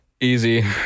Easy